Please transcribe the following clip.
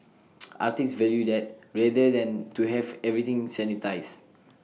artists value that rather than to have everything sanitised